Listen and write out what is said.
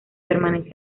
permanece